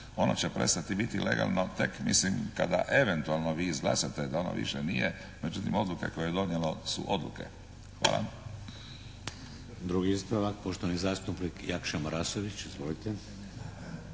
Ono će prestati biti legalno tek mislim kada eventualno vi izglasate da ono više nije, međutim odluka koju je odnijelo su odluke. Hvala. **Šeks, Vladimir (HDZ)** Drugi ispravak, poštovani zastupnik Jakša Marasović. Izvolite.